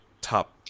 top